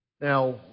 Now